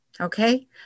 Okay